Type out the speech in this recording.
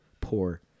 poor